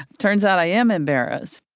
turns out i am embarrassed.